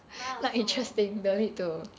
mine also